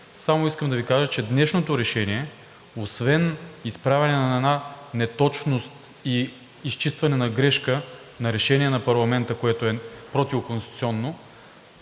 само искам да Ви кажа, че днешното решение освен изправяне на една неточност и изчистване на грешка, на решение на парламента, което е противоконституционно,